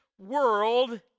world